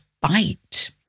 bite